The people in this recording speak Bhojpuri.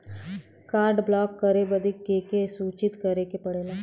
कार्ड ब्लॉक करे बदी के के सूचित करें के पड़ेला?